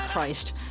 Christ